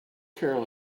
carol